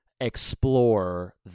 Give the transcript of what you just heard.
explore